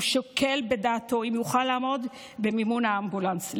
הוא שוקל אם יוכל לעמוד במימון האמבולנס.